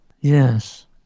Yes